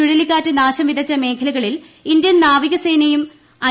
ചുഴലിക്കാറ്റ് നാശം വിതച്ച മേഖലകളിൽ ഇന്ത്യൻ നാവികസേനയും ഐ